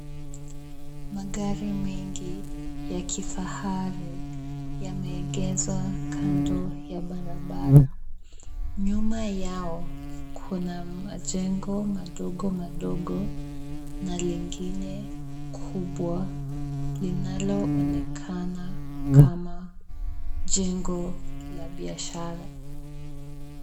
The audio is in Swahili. Magari mengi ya kifahari yameegezwa kando ya barabara. Nyuma yao kuna majengo madogo madogo na lingine kubwa linaloonekana kama jengo la biashara.